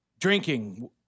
drinking